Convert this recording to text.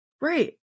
Right